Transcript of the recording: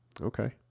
Okay